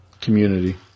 Community